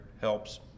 helps